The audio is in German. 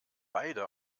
beide